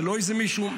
זה לא איזה מישהו.